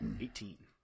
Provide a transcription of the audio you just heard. Eighteen